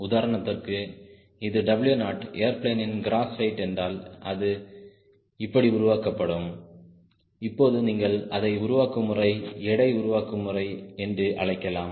உதாரணத்துக்கு இது W0ஏர்பிளேனின் கிராஸ் வெயிட் என்றால் அது இப்படி உருவாக்கப்படும் இப்போது நீங்கள் அதை உருவாக்கும் முறை எடை உருவாக்கும் முறை என்று அழைக்கலாம்